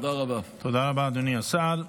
תודה רבה, אדוני השר.